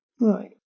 Right